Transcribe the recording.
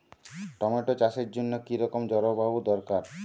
Tomato চাষের জন্য কি রকম জলবায়ু দরকার?